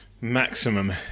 Maximum